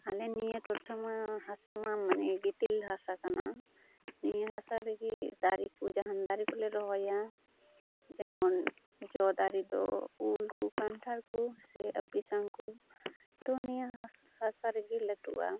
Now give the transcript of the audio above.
ᱟᱞᱮ ᱱᱤᱭᱟᱹ ᱴᱚᱴᱷᱟ ᱢᱟ ᱦᱟᱥᱟ ᱢᱟ ᱢᱟᱱᱮ ᱜᱤᱛᱤᱞ ᱦᱟᱥᱟ ᱠᱟᱱᱟ ᱱᱤᱭᱟᱹ ᱦᱟᱥᱟ ᱨᱮᱜᱮ ᱫᱟᱨᱮᱠᱚ ᱡᱟᱦᱟᱱ ᱫᱟᱨᱮᱠᱚ ᱞᱮ ᱨᱚᱦᱚᱭᱟ ᱡᱮᱢᱚᱱ ᱡᱚ ᱫᱟᱨᱮᱫᱚ ᱩᱞᱠᱚ ᱠᱟᱱᱴᱷᱟᱲᱠᱚ ᱥᱮ ᱛᱳ ᱱᱤᱭᱟᱹ ᱦᱟᱥᱟ ᱨᱮᱜᱮ ᱞᱟᱹᱴᱩᱼᱟ